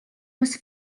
was